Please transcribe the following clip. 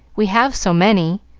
we have so many.